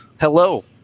hello